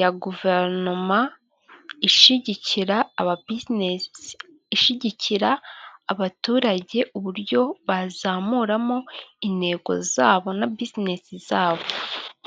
ya guverinoma ishyigikira aba buzinesi, ishyigikira abaturage uburyo bazamuramo intego zabo na buzinesi zabo.